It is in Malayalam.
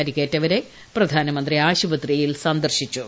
പരിക്കേറ്റവരെ പ്രധാനമന്ത്രി ആശുപത്രിയിൽ സന്ദർശിച്ചു